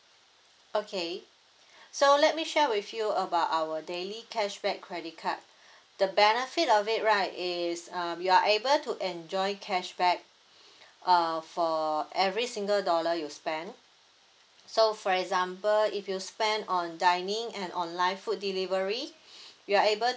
okay so let me share with you about our daily cashback credit card the benefit of it right is um you are able to enjoy cashback uh for every single dollar you spend so for example if you spend on dining and online food delivery you are able